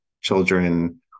children